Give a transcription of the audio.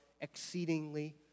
exceedingly